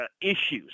issues